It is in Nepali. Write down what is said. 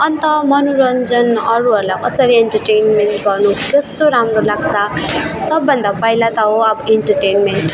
अन्त मनोरञ्जन अरूहरूलाई कसरी इन्टर्टेन्मेन्ट गर्नु कस्तो राम्रो लाग्छ सबभन्दा पहिला त हो अब इन्टर्टेन्मेन्ट